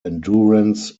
endurance